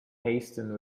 hasten